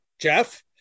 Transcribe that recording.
Jeff